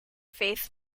faith